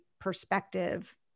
perspective